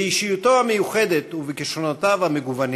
באישיותו המיוחדת ובכישרונותיו המגוונים